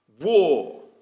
War